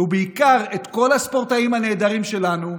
בעיקר אני מברך את כל הספורטאים הנהדרים שלנו,